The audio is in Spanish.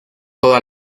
toda